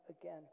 again